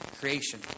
creation